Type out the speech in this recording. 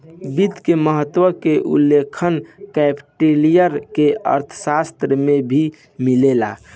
वित्त के महत्त्व के उल्लेख कौटिल्य के अर्थशास्त्र में भी मिलेला